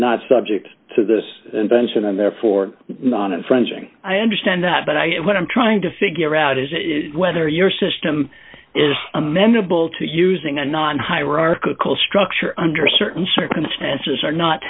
not subject to this invention and therefore non of frenching i understand that but i what i'm trying to figure out is that whether your system is amenable to using a non hierarchical structure under certain circumstances or not